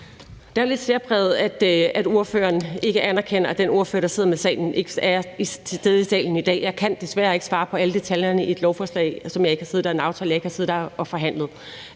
Det er lidt særpræget, at fru Trine Bramsen ikke anerkender, at den ordfører, der sidder med sagen, ikke er til stede i salen i dag. Jeg kan desværre ikke svare på alle detaljerne i en aftale, som jeg ikke har siddet og forhandlet. Når det er sagt,